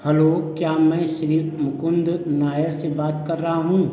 hello क्या मैं श्री मुकुंद नायर से बात कर रहा हूँ